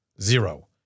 Zero